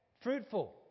fruitful